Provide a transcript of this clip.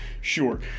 sure